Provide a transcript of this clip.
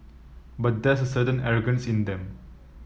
but there's a certain arrogance in them